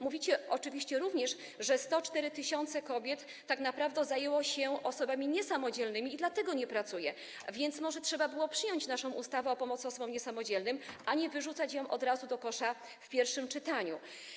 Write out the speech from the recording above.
Mówicie również, że 104 tys. kobiet tak naprawdę zajęło się osobami niesamodzielnymi i dlatego nie pracuje, więc może trzeba było przyjąć naszą ustawę o pomocy osobom niesamodzielnym, nie wyrzucać jej do kosza w pierwszym czytaniu.